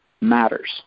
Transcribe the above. matters